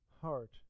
heart